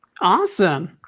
Awesome